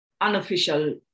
unofficial